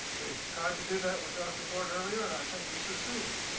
we try to do that with dr. ford earlier and i think we succeeded.